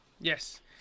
yes